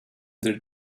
the